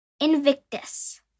Invictus